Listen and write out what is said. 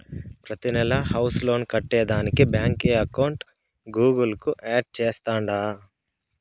ప్రతినెలా house loan కట్టేదానికి బాంకీ అకౌంట్ గూగుల్ కు యాడ్ చేస్తాండా